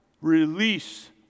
release